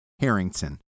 Harrington